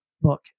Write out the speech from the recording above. book